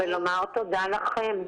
ולומר תודה לכם.